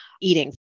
eating